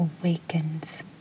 awakens